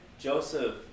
Joseph